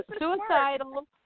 suicidal